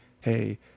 Hey